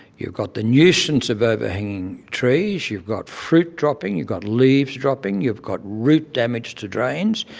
you've got the nuisance of overhanging trees, you've got fruit dropping, you've got leaves dropping, you've got root damage to drains,